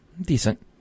Decent